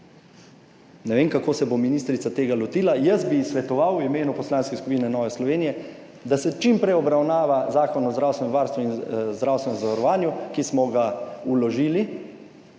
Ne vem, kako se bo ministrica tega lotila. Jaz bi svetoval v imenu Poslanske skupine Nove Slovenije, da se čim prej obravnava Zakon o zdravstvenem varstvu in zdravstvenem zavarovanju, ki smo ga vložili,